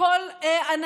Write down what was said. כל אולמות האירועים,